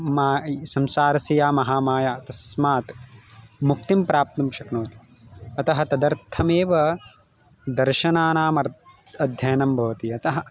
मा संसारस्य या महामाया तस्मात् मुक्तिं प्राप्तुं शक्नोति अतः तदर्थमेव दर्शनानाम् अर् अध्ययनं भवति अतः